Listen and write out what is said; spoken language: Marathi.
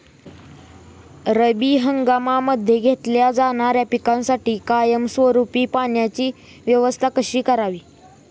रब्बी हंगामामध्ये घेतल्या जाणाऱ्या पिकांसाठी कायमस्वरूपी पाण्याची व्यवस्था कशी करावी?